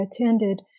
attended